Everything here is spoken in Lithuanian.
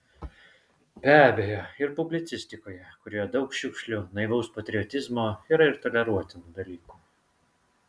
be abejo ir publicistikoje kurioje daug šiukšlių naivaus patriotizmo yra ir toleruotinų dalykų